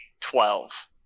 twelve